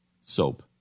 Soap